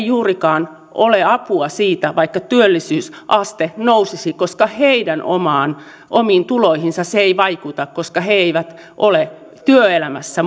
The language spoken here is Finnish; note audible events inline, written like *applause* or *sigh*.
*unintelligible* juurikaan ole apua siitä vaikka työllisyysaste nousisi koska heidän omiin tuloihinsa se ei vaikuta koska he eivät ole työelämässä *unintelligible*